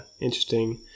interesting